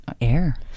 air